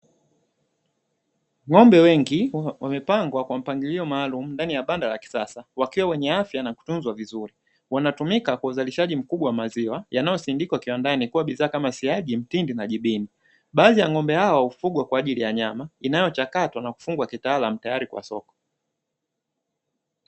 Ng'ombe wengi wamepangwa kwa mpangilio maalum ndani ya banda la kisasa, wakiwa wenye afya na kutunzwa vizuri wanatumika kwa uzalishaji mkubwa wa maziwa yanayo sindikwa kiwandani kua bidhaa kama siagi, mtindi na jibini. Baadhi ya ng'ombe hao hufugwa kwa ajili ya nyama inayo chakatwa na kufungwa kitaalam tayari kwa soko.